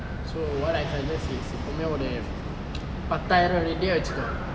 so what I suggest is இப்பொவே ஒரு பத்தாயிரம்:ippove oru paththaayiram ready ah வெச்சிக்கோ:vechiko